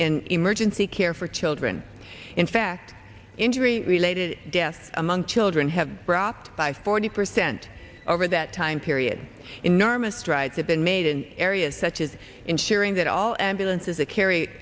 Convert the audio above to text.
emergency care for children in fact injury related deaths among children have brought up by forty percent over that time period enormous strides have been made in areas such as ensuring that all ambulances